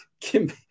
Kim